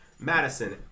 Madison